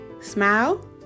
smile